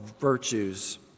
virtues